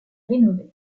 rénovés